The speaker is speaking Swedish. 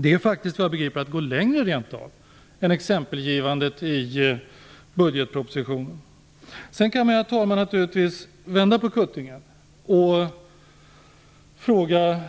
Det är såvitt jag begriper att gå längre än exempelgivandet i budgetpropositionen. Herr talman! Man kan naturligtvis vända på kuttingen och fråga